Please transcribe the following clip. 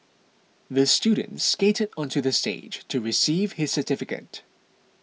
the student skated onto the stage to receive his certificate